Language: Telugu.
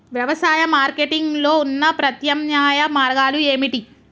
వ్యవసాయ మార్కెటింగ్ లో ఉన్న ప్రత్యామ్నాయ మార్గాలు ఏమిటి?